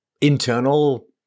internal